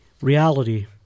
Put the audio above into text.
reality